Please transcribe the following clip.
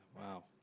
Wow